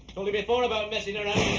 told you before about messing around